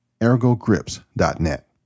Ergogrips.net